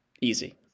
Easy